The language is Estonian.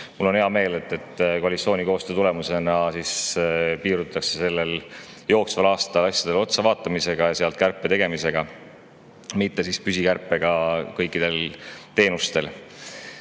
Mul on hea meel, et koalitsiooni koostöö tulemusena piirdutakse jooksval aastal asjadele otsa vaatamisega ja selle põhjal kärpe tegemisega, mitte ei tehta püsikärbet kõikidel teenustel.